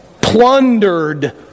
Plundered